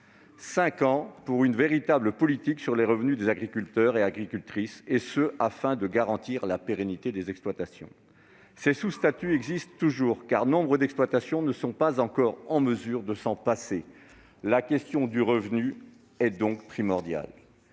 en place une véritable politique de revenus pour les agriculteurs et agricultrices, afin de garantir la pérennité des exploitations. Ces sous-statuts existent toujours, car nombre d'exploitations ne sont pas encore en mesure de s'en passer : la question du revenu est donc primordiale.